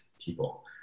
people